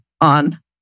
on